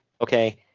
okay